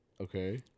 Okay